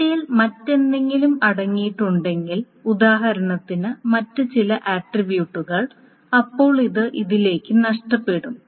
യിൽ മറ്റെന്തെങ്കിലും അടങ്ങിയിട്ടുണ്ടെങ്കിൽ ഉദാഹരണത്തിന് മറ്റ് ചില ആട്രിബ്യൂട്ടുകൾ അപ്പോൾ അത് ഇതിലേക്ക് നഷ്ടപ്പെടും